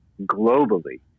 globally